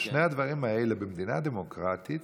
במדינה דמוקרטית